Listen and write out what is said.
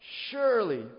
surely